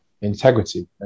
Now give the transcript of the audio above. integrity